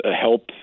help